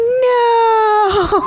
No